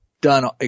done